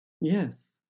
Yes